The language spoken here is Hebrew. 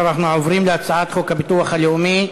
עכשיו אנחנו עוברים להצעת חוק הביטוח הלאומי (תיקון,